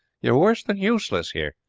you are worse than useless here.